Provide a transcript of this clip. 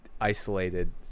isolated